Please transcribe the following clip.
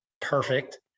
perfect